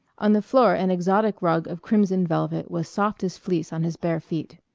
on the floor an exotic rug of crimson velvet was soft as fleece on his bare feet.